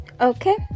Okay